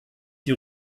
die